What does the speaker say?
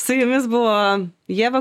su jumis buvo ieva